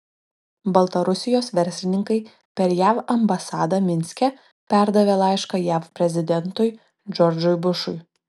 baltarusijos verslininkai per jav ambasadą minske perdavė laišką jav prezidentui džordžui bušui